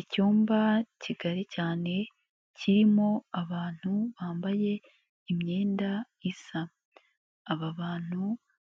Icyumba kigari cyane kirimo abantu bambaye imyenda isa, aba bantu